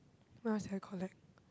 what else did I collect